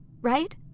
right